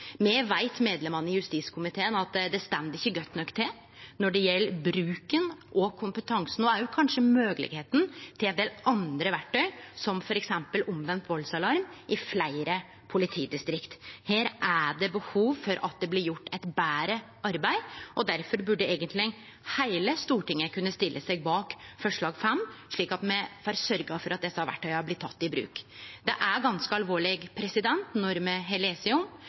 Me, medlemane i justiskomiteen, veit at det ikkje står godt nok til når det gjeld bruken og kompetansen og òg kanskje moglegheita til ein del andre verktøy, som f.eks. omvend valdsalarm, i fleire politidistrikt. Her er det behov for at det blir gjort eit betre arbeid. Difor burde eigentleg heile Stortinget kunne stille seg bak forslag nr. 5, slik at me får sørgt for at desse verktøya blir tekne i bruk. Det er ganske alvorleg når me har lese